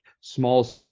small